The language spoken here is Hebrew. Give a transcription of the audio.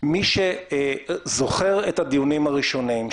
מי שזוכר את הדיונים הראשונים,